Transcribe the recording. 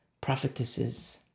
prophetesses